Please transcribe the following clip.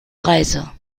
reise